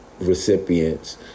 recipients